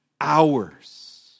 hours